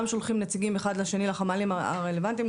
שולחים נציגים אחד לשני לחמ"לים הרלוונטיים,